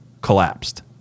collapsed